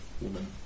woman